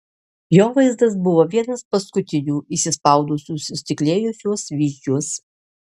jo vaizdas buvo vienas paskutinių įsispaudusių sustiklėjusiuos vyzdžiuos